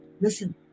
Listen